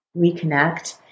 reconnect